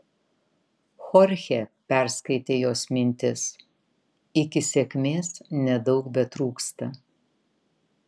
chorchė perskaitė jos mintis iki sėkmės nedaug betrūksta